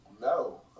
no